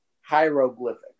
Hieroglyphic